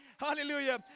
Hallelujah